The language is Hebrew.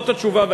זאת התשובה,